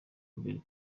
mbere